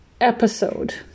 episode